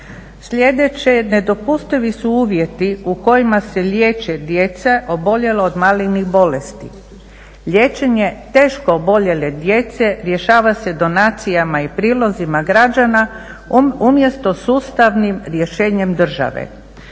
Sljedeće je, nedopustivi su uvjeti u kojima se liječe djeca oboljela od malignih bolesti, liječenje teško oboljele djece rješava se donacijama i prilozima građana umjesto sustavnim rješenjem države.